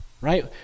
Right